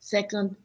Second